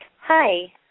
Hi